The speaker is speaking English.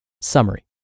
Summary